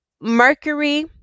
mercury